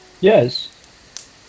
Yes